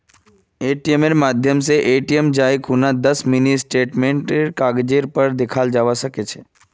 एटीएमेर माध्यम स एटीएमत जाई खूना दस मिनी स्टेटमेंटेर कागजेर पर दखाल जाबा सके छे